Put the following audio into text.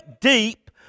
deep